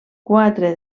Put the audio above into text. quatre